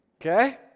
okay